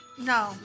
No